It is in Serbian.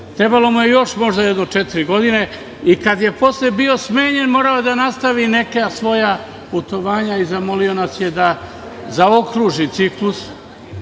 trebalo mu je možda još četiri godine, i kada je posle bio smenjen morao je da nastavi neka svoja putovanja i zamolio nas je da zaokruži ciklus.